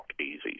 easy